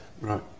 Right